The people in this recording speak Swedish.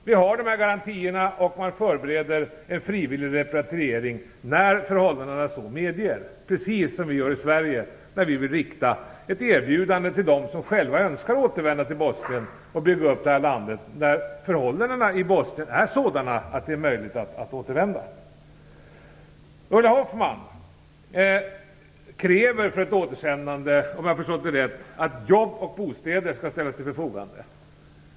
Vi har dessa garantier, och man förbereder en frivillig repatriering när förhållandena så medger, precis som vi gör i Sverige när vi vill rikta ett erbjudande till dem som själva önskar återvända till Bosnien och bygga upp landet, när förhållandena i Bosnien är sådana att det är möjligt att återvända. Ulla Hoffmann kräver för ett återsändande, om jag har förstått det rätt, att jobb och bostäder skall ställas till förfogande.